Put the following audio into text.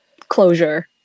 Closure